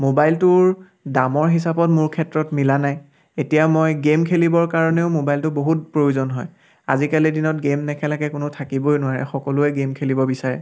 মোবাইলটোৰ দামৰ হিচাপত মোৰ ক্ষেত্ৰত মিলা নাই এতিয়া মই গেম খেলিবৰ কাৰণেও মোবাইলটোৰ বহুত প্ৰয়োজন হয় আজিকালি দিনত গেম নেখেলাকৈ কোনো থাকিবই নোৱাৰে সকলোৱে গেম খেলিব বিচাৰে